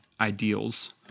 ideals